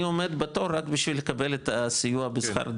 אני עומד בתור רק בשביל לקבל את הסיוע בשכר דירה,